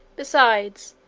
besides,